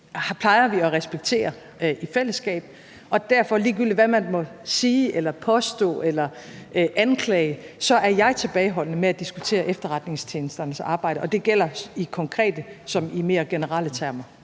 plejer vi at respektere i fællesskab, og derfor – ligegyldigt hvad man måtte sige eller påstå eller anklage – er jeg tilbageholdende med at diskutere efterretningstjenesternes arbejde, og det gælder i konkrete som i mere generelle termer.